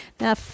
Now